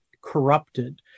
corrupted